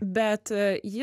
bet ji